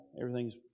everything's